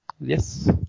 Yes